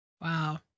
Wow